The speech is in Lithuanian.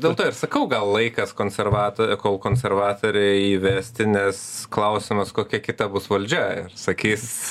dėl to ir sakau gal laikas konservato kol konservatoriai įvesti nes klausimas kokia kita bus valdžia ir sakys